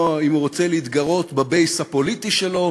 אם הוא רוצה להתגרות ב-base הפוליטי שלו,